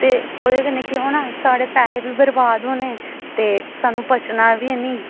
ते ओह्दे कन्नै केह् होना साढ़े पैहे बी बरबाद होने ते सानूं पचना बी हैन्नी